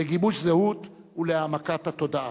לגיבוש זהות ולהעמקת התודעה.